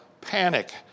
panic